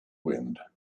wind